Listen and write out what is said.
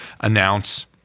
announce